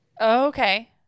Okay